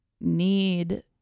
need